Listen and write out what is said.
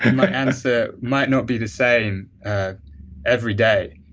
and my answer might not be the same every day.